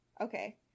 Okay